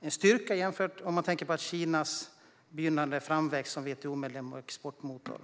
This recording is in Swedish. en styrka med tanke på Kinas begynnande framväxt som WTO-medlem och exportmotor.